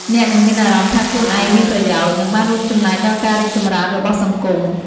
អ្នកនឹងមានអារម្មណ៍ថាខ្លួនឯងមានប្រយោជន៍ និងបានរួមចំណែកដល់ការរីកចម្រើនរបស់សង្គម។